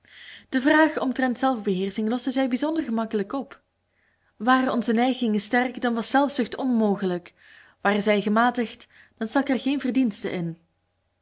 de vraag omtrent zelfbeheersching loste zij bijzonder gemakkelijk op waren onze neigingen sterk dan was zelfzucht onmogelijk waren zij gematigd dan stak er geen verdienste in